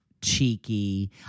cheeky